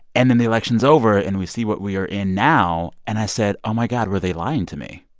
and then the election's over and we see what we are in now. and i said, oh, my god, were they lying to me?